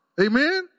amen